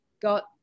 got